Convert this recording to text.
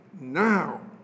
now